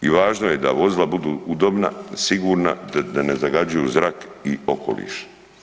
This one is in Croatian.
I važno je da vozila budu udobna, sigurna, da ne zagađuju zrak i okoliš.